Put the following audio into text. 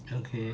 okay